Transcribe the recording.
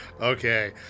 Okay